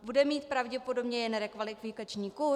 Bude mít pravděpodobně jen rekvalifikační kurs?